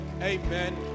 Amen